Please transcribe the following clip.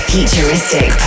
Futuristic